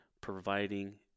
providing